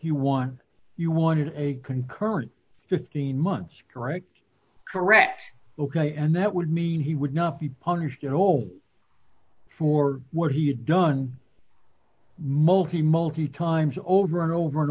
you won you wanted a concurrent fifteen months correct correct ok and that would mean he would not be punished at all for what he had done multi multi times over and over and